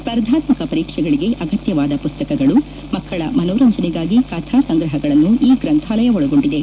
ಸ್ಪರ್ಧಾತ್ಮಕ ಪರೀಕ್ಷೆಗಳಿಗೆ ಅಗತ್ಯವಾದ ಪುಸ್ತಕಗಳು ಮಕ್ಕಳ ಮನೋರಂಜನೆಗಾಗಿ ಕಥಾ ಸಂಗ್ರಹಗಳನ್ನು ಈ ಗ್ರಂಥಾಲಯ ಒಳಗೊಂಡಿದೆ